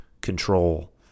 control